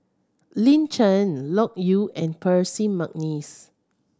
Lin Chen Loke Yew and Percy McNeice